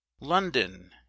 London